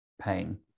pain